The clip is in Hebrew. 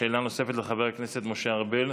שאלה נוספת, לחבר הכנסת משה אבוטבול.